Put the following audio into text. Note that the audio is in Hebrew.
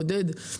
עודד,